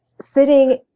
sitting